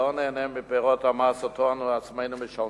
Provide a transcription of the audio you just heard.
שלא ניהנה מפירות המס שאנו עצמנו משלמים,